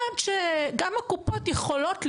גם הקופות יכולות לדחוף,